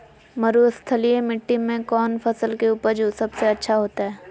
मरुस्थलीय मिट्टी मैं कौन फसल के उपज सबसे अच्छा होतय?